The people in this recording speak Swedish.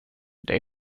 det